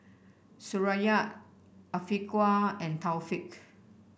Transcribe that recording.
Suraya Afiqah and Taufik